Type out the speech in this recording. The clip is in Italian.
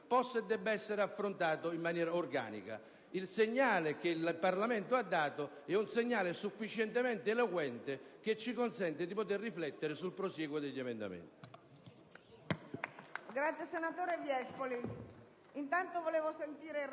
possa, e debba, essere affrontato in maniera organica. Il segnale che il Parlamento ha dato è sufficientemente eloquente e ci consente di poter riflettere sul prosieguo degli emendamenti.